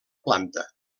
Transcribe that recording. planta